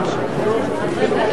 חברת